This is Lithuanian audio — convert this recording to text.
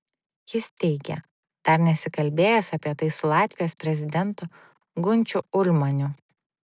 jis teigė dar nesikalbėjęs apie tai su latvijos prezidentu gunčiu ulmaniu